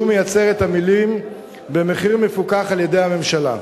מייצר את המלים "במחיר מפוקח על-ידי הממשלה".